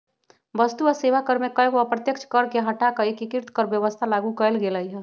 वस्तु आ सेवा कर में कयगो अप्रत्यक्ष कर के हटा कऽ एकीकृत कर व्यवस्था लागू कयल गेल हई